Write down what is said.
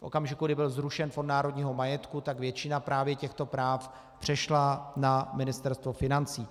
V okamžiku, kdy byl zrušen Fond národního majetku, většina právě těchto práv přešla na Ministerstvo financí.